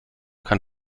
kann